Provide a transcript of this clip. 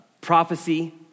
Prophecy